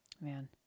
Man